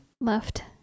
left